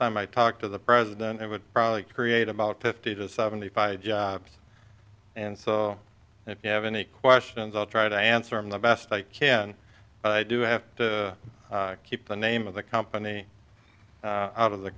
time i talked to the president i would probably create about fifty to seventy five and so if you have any questions i'll try to answer them the best i can i do have to keep the name of the company out of the